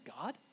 God